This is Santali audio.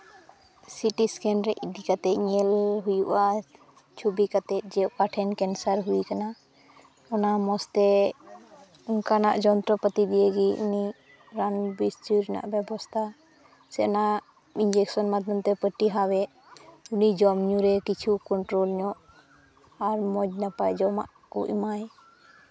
ᱥᱤᱴᱤ ᱥᱠᱮᱱ ᱨᱮ ᱤᱫᱤ ᱠᱟᱛᱮ ᱧᱮᱞ ᱦᱩᱭᱩᱜᱼᱟ ᱪᱷᱚᱵᱤ ᱠᱟᱛᱮ ᱡᱮ ᱚᱠᱟ ᱴᱷᱮᱱ ᱠᱮᱱᱥᱟᱨ ᱦᱩᱭ ᱠᱟᱱᱟ ᱚᱱᱟ ᱢᱚᱡᱽ ᱛᱮ ᱚᱱᱠᱟᱱᱟᱜ ᱡᱚᱱᱛᱨᱚᱯᱟᱛᱤ ᱱᱤᱭᱮᱜᱮ ᱩᱱᱤ ᱨᱟᱱ ᱵᱮᱥ ᱦᱚᱪᱚᱭᱮ ᱨᱮᱭᱟᱜ ᱵᱮᱵᱚᱥᱛᱷᱟ ᱥᱮ ᱱᱟᱣᱟ ᱤᱱᱡᱮᱠᱥᱮᱱ ᱢᱟᱫᱽᱫᱷᱚᱢ ᱛᱮ ᱯᱟ ᱴᱤ ᱦᱟᱣᱮᱫ ᱩᱱᱤ ᱡᱚᱢ ᱧᱩ ᱨᱮ ᱠᱤᱪᱷᱩ ᱠᱚᱱᱴᱨᱳᱞ ᱧᱚᱜ ᱟᱨ ᱢᱚᱡᱽ ᱱᱟᱯᱟᱭ ᱡᱚᱢᱟᱜ ᱠᱚ ᱮᱢᱟᱭ